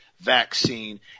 vaccine